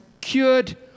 cured